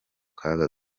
kaga